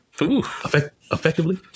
effectively